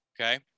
okay